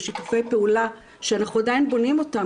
שיתופי הפעולה שאנחנו עדיין בונים אותם